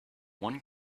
one